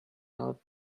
out